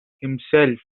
himself